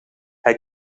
hij